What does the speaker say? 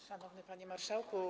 Szanowny Panie Marszałku!